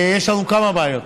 יש לנו כמה בעיות: